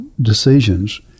decisions